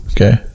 Okay